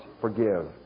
forgive